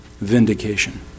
vindication